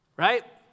right